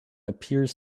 appears